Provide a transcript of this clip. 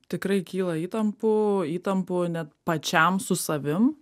tikrai kyla įtampų įtampų net pačiam su savim